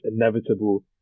inevitable